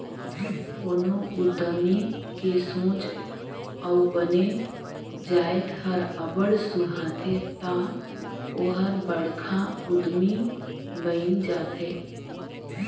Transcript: कोनो उद्यमी के सोंच अउ बने जाएत हर अब्बड़ सुहाथे ता ओहर बड़खा उद्यमी बइन जाथे